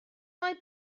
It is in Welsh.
mae